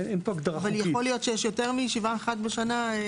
אבל יכול להיות שיש יותר מישיבה אחת בשנה?